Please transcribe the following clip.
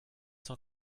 cent